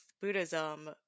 Buddhism